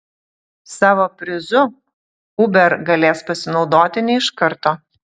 savo prizu uber galės pasinaudoti ne iš karto